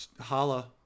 Holla